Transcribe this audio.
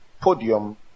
podium